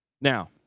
Now